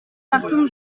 partons